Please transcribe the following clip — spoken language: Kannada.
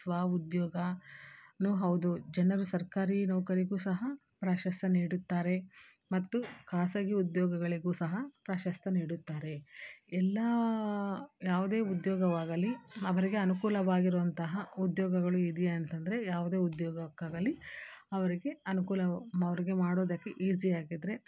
ಸ್ವಉದ್ಯೋಗನೂ ಹೌದು ಜನರು ಸರ್ಕಾರಿ ನೌಕರಿಗೂ ಸಹ ಪ್ರಾಶಸ್ತ್ಯ ನೀಡುತ್ತಾರೆ ಮತ್ತು ಖಾಸಗಿ ಉದ್ಯೋಗಗಳಿಗೂ ಸಹ ಪ್ರಾಶಸ್ತ್ಯ ನೀಡುತ್ತಾರೆ ಎಲ್ಲ ಯಾವುದೇ ಉದ್ಯೋಗವಾಗಲಿ ಅವರಿಗೆ ಅನುಕೂಲವಾಗಿರುವಂತಹ ಉದ್ಯೋಗಗಳು ಇದೆಯಾ ಅಂತಂದರೆ ಯಾವುದೇ ಉದ್ಯೋಗಕ್ಕಾಗಲಿ ಅವರಿಗೆ ಅನುಕೂಲ ಅವ್ರಿಗೆ ಮಾಡೋದಕ್ಕೆ ಈಸಿ ಆಗಿದ್ದರೆ